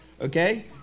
okay